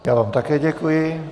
Já vám také děkuji.